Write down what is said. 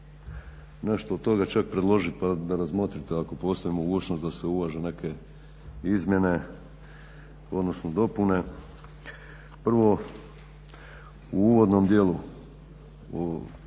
nešto od toga čak predložit pa da razmotrite ako postoji mogućnost da se uvaže neke izmjene, odnosno dopune. Prvo, u uvodnom dijelu